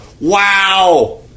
wow